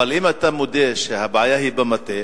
אבל אם אתה מודה שהבעיה היא במטה,